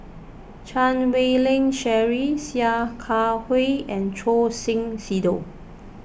Chan Wei Ling Cheryl Sia Kah Hui and Choor Singh Sidhu